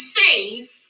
safe